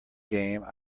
game